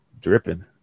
Dripping